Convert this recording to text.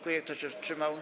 Kto się wstrzymał?